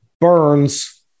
Burns